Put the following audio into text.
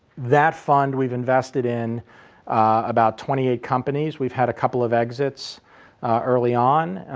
that fund we've invested in about twenty eight companies. we've had a couple of exits early on.